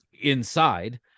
inside